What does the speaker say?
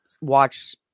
watch